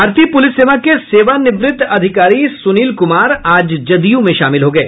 भारतीय पुलिस सेवा के सेवानिवृत्त अधिकारी सुनील कुमार आज जदयू में शामिल हो गये